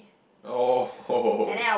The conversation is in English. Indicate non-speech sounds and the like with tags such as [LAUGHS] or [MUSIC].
oh [LAUGHS]